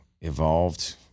evolved